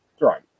right